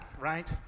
right